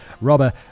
Robber